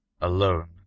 alone